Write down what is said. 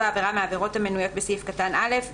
עבירה מהעבירות המנויות בסעיף קטן (א),